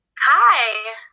Hi